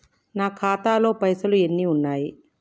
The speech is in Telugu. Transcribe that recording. నా ఖాతాలో పైసలు ఎన్ని ఉన్నాయి?